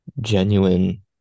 genuine